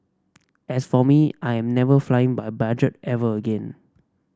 as for me I'm never flying by budget ever again